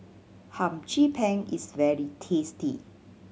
Hum Chim Peng is very tasty